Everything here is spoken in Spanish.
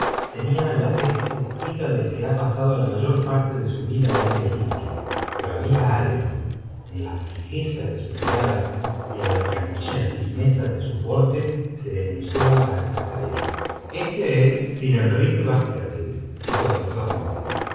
y teníala tez curtida del que ha pasado la mayor parte de su vida al aire libre pero había algo en la fijeza de su mirada y en la transt firmeza de su porte que denunciaba al caballero este es sir enrique baskerville dijo el docv